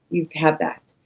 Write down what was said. you have that.